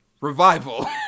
Revival